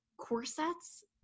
corsets